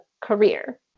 career